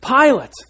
Pilate